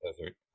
Desert